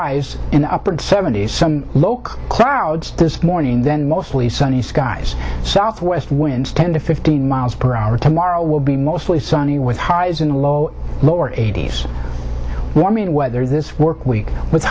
the upper seventy's some low clouds this morning then mostly sunny skies southwest winds ten to fifteen miles per hour tomorrow will be mostly sunny with highs in the low lower eighty's warming weather this work week with